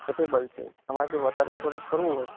capable છે તમારે જો વધારે સ્ટોરેજ કરવું હોય